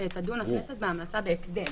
תדון הכנסת בהמלצה בהקדם.